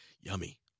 Yummy